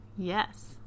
yes